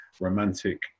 romantic